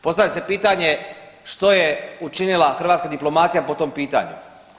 Postavlja se pitanje što je učinila hrvatska diplomacija po tom pitanju?